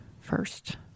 first